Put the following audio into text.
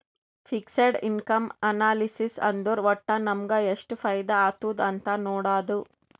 fixed income analysis ಅಂದುರ್ ವಟ್ಟ್ ನಮುಗ ಎಷ್ಟ ಫೈದಾ ಆತ್ತುದ್ ಅಂತ್ ನೊಡಾದು